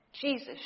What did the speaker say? jesus